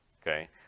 okay